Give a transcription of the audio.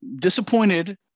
Disappointed